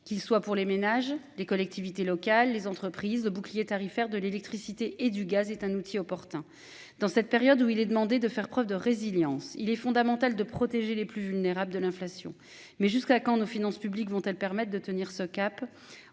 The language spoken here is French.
qui soit pour les ménages, les collectivités locales, les entreprises de bouclier tarifaire de l'électricité et du gaz est un outil opportun dans cette période où il est demandé de faire preuve de résilience. Il est fondamental de protéger les plus vulnérables de l'inflation, mais jusqu'à quand nos finances publiques vont elles permettent de tenir ce cap